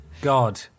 God